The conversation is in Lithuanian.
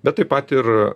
bet taip pat ir